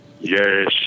Yes